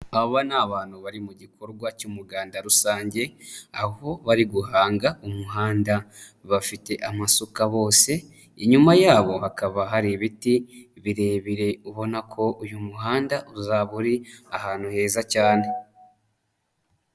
Aba ni abantu bari mu gikorwa cy'umuganda rusange, aho bari guhanga umuhanda, bafite amasuka bose, inyuma yabo hakaba hari ibiti birebire, ubona ko uyu muhanda uzaba uri ahantu heza cyane.